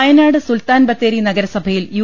വയനാട് സുൽത്താൻബത്തേരി നഗരസഭയിൽ യു